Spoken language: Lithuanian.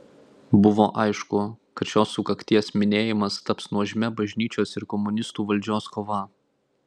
buvo aišku kad šios sukakties minėjimas taps nuožmia bažnyčios ir komunistų valdžios kova